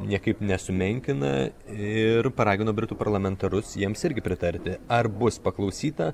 niekaip nesumenkina ir paragino britų parlamentarus jiems irgi pritarti ar bus paklausyta